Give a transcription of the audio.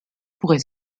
pourrait